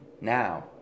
now